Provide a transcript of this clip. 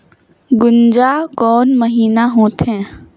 गुनजा कोन महीना होथे?